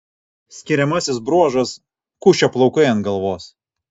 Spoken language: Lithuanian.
skiriamasis bruožas kušio plaukai ant galvos